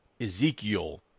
ezekiel